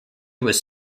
was